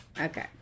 okay